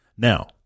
Now